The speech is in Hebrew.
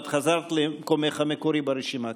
שאת חזרת למקומך המקורי ברשימה,